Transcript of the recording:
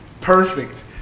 perfect